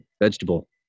Vegetable